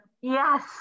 Yes